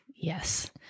yes